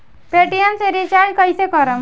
Paytm से recharge कईसे करम?